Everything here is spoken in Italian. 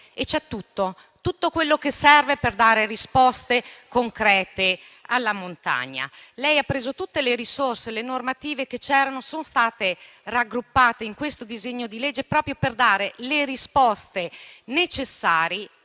c'è tutto quello che serve per dare risposte concrete alla montagna. Lei ha preso tutte le risorse, le normative che c'erano sono state raggruppate in questo disegno di legge proprio per dare le risposte necessarie